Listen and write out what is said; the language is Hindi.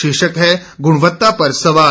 शीर्षक है गुणवत्ता पर सवाल